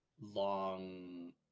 long